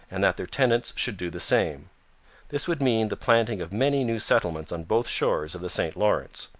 and that their tenants should do the same this would mean the planting of many new settlements on both shores of the st lawrence.